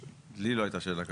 לי לא הייתה שאלה כזאת.